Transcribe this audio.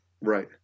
Right